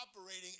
operating